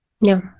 No